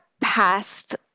past